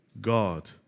God